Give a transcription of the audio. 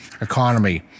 economy